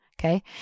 Okay